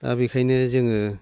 दा बेखायनो जोङो